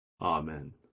Amen